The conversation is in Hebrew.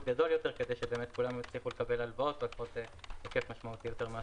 גדול יותר כדי שכולם יצליחו לקבל הלוואות בהיקף משמעותי יותר.